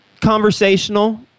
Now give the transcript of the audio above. Conversational